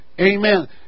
Amen